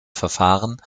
verfahren